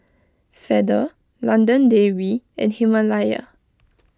Feather London Dairy and Himalaya